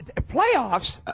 Playoffs